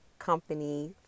company